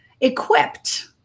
equipped